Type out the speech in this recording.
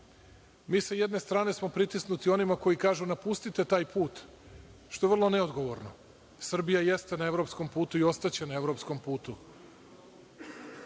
Mi sa jedne strane smo pritisnuti onima koji kažu – napustite taj put, što je vrlo neodgovorno. Srbija jeste na evropskom putu i ostaće na evropskom